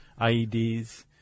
IEDs